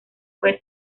puede